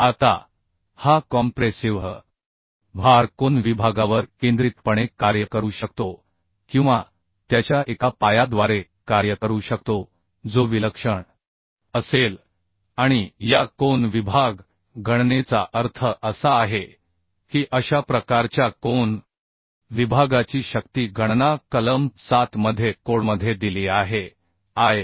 आता हा कॉम्प्रेसिव्ह भार कोन विभागावर केंद्रितपणे कार्य करू शकतो किंवा त्याच्या एका पायाद्वारे कार्य करू शकतो जो विलक्षण असेल आणि या कोन विभाग गणनेचा अर्थ असा आहे की अशा प्रकारच्या कोन विभागाची शक्ती गणना कलम आय